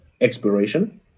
exploration